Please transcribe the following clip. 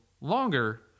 longer